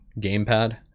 gamepad